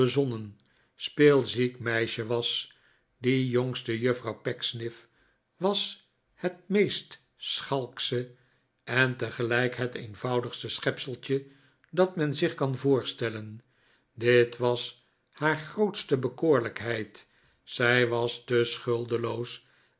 onbezonnen speelziek meisje was die jongste juffrouw pecksniff was het meest schalksche en iegelijk het eenvoudigste schepseltje dat men zich kan voorstellen dit was haar grootste bekoorlijkheid zij was te